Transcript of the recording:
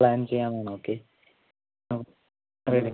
plan ചെയ്യാൻ പോകണ് ഒക്കെ